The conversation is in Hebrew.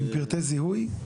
עם פרטי זיהוי?